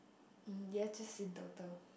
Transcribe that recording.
um ya just in total